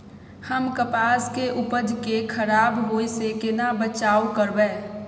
हम कपास के उपज के खराब होय से केना बचाव करबै?